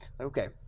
Okay